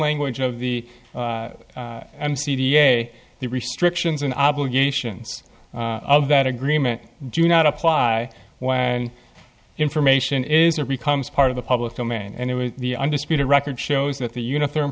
language of the c d a the restrictions and obligations of that agreement do not apply when information is or becomes part of the public domain and it was the undisputed record shows that the uniform